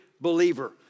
believer